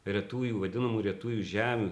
retųjų vadinamų retųjų žemių